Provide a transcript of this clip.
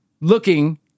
looking